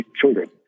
children